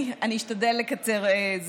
אני אשתדל לקצר.